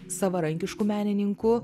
savarankišku menininku